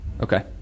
Okay